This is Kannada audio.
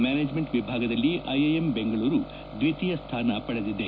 ಮ್ಯಾನೇಜ್ಮೆಂಟ್ ವಿಭಾಗದಲ್ಲಿ ಐಐಎಮ್ ಬೆಂಗಳೂರು ದ್ವಿತೀಯ ಸ್ವಾನ ಪಡೆದಿದೆ